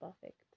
perfect